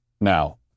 now